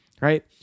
right